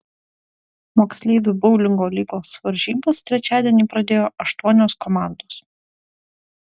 moksleivių boulingo lygos varžybas trečiadienį pradėjo aštuonios komandos